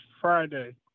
Friday